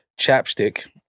chapstick